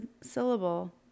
syllable